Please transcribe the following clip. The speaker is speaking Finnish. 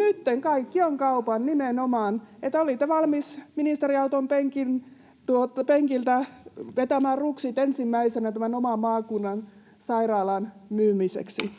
— kaikki on kaupan, nimenomaan — niin nytten olitte valmis ministeriauton penkiltä vetämään ruksit ensimmäisenä tämän oman maakunnan sairaalan myymiseksi.